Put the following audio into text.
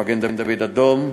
מגן-דוד-אדום,